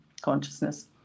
consciousness